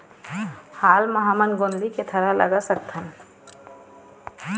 हाल मा हमन गोंदली के थरहा लगा सकतहन?